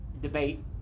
debate